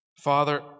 Father